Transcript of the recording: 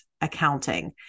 accounting